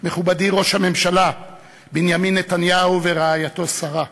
מכובדי ראש הממשלה בנימין נתניהו ורעייתו שרה,